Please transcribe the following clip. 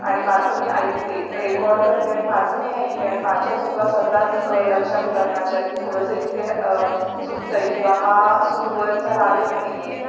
आणि माझं मी ऐकते रेकॉर्ड करते आणि माझं मी ऐकते आणि माझ्या चुका स्वतःच लक्षात येतात माझ्या की थोडंसं इथे रा चुकतं आहे किंवा हा सूर वरचा लागत नाही आहे